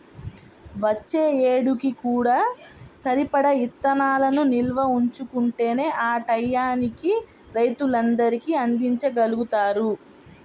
వచ్చే ఏడుకి కూడా సరిపడా ఇత్తనాలను నిల్వ ఉంచుకుంటేనే ఆ టైయ్యానికి రైతులందరికీ అందిచ్చగలుగుతారు